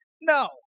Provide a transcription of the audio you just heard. No